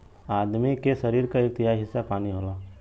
आदमी के सरीर क एक तिहाई हिस्सा पानी होला